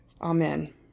Amen